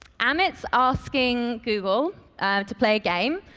amit's asking google to play a game.